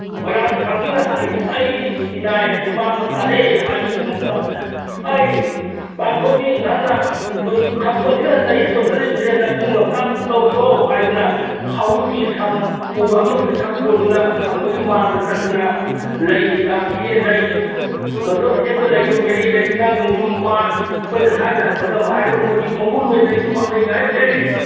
ꯃꯣꯏꯔꯥꯡ ꯊꯥꯡꯖꯤꯡꯅ ꯍꯥꯏꯁ ꯑꯩꯒꯤ ꯏꯅꯥꯏ ꯑꯁꯤ ꯃꯥꯡꯕ ꯇꯥꯔꯦ ꯍꯥꯏꯕꯒꯤꯗꯃꯛꯇ ꯍꯩ ꯄꯥꯟꯊꯣꯏꯕꯤ ꯅꯍꯥꯛꯅ ꯈꯝꯕꯁꯤꯅ ꯂꯩ ꯍꯦꯛꯄ ꯆꯠꯂꯤꯕꯁꯦ ꯂꯝꯖꯤꯡ ꯂꯝꯇꯥꯛ ꯇꯧꯔꯨꯆꯣ ꯍꯥꯏꯗꯨꯅ ꯍꯥꯎꯅꯨꯕꯤ ꯁꯝꯄꯨꯕ ꯑꯃꯒꯤ ꯁꯛ ꯑꯣꯟꯗꯨꯅ ꯈꯝꯕꯒꯤ ꯃꯥꯡꯗ ꯆꯠꯇꯅ ꯂꯩꯁꯤ ꯂꯥꯡꯈꯤꯌꯦ ꯂꯩꯁꯤꯡ ꯑꯗꯨꯕꯨ ꯃꯗꯨꯗ ꯍꯦꯛꯄ ꯂꯩꯗꯣ ꯃꯦꯂꯩ ꯂꯩꯁꯅꯥ ꯅꯣꯡꯖꯨꯝ ꯄꯥꯟ ꯑꯩꯈꯣꯏꯅ ꯁꯥꯏꯗ ꯃꯇꯝ ꯍꯥꯏꯔꯒ ꯑꯩꯈꯣꯏꯒꯤ ꯈꯣꯡꯒꯨꯝꯃꯦꯂꯩ ꯀ꯭ꯋꯥꯛꯂꯩꯒ ꯍꯥꯏꯔꯤꯁꯦ